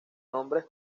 nombres